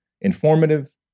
informative